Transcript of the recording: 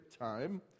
time